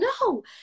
no